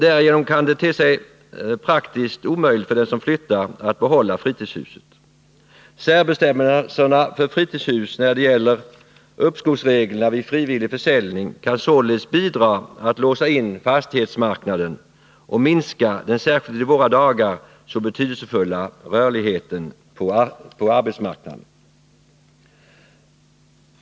Därigenom kan det te sig praktiskt omöjligt för den som flyttar att behålla fritidshuset. frivillig försäljning kan således bidra till att låsa in fastighetsmarknaden och minska den särskilt i våra dagar så betydelsefulla rörligheten på arbetsmarknaden.